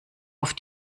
auf